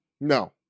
No